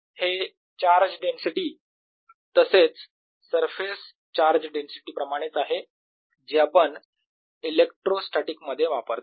हे charge density तसेच surface charge density प्रमाणेच आहे जे आपण इलेक्ट्रोस्टॅटीक मध्ये वापरतो